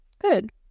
Good